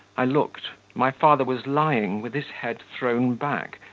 i looked my father was lying with his head thrown back,